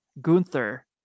Gunther